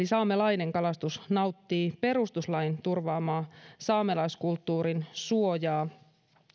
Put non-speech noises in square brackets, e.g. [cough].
[unintelligible] saamelainen kalastus nauttii perustuslain turvaamaa saamelaiskulttuurin suojaa